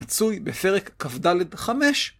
מצוי בפרק כד' 5.